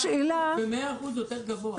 במאה אחוז יותר גבוה.